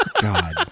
God